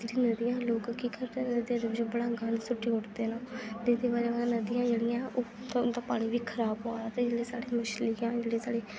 जेह्ड़ियां नदियां लोक केह् करदे नदियें च बड़ा गंद सुट्टी उड़दे न एह्दी वजह् कन्नै नदियां जेह्ड़ियां ओह् उं'दा पानी बी खराब होआ दा जेह्ड़ी साढ़ी